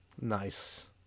Nice